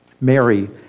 Mary